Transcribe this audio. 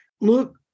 look